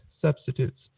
substitutes